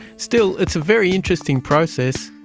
still, it's a very interesting process.